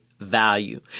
Value